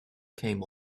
came